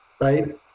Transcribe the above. Right